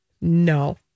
no